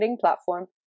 platform